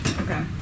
Okay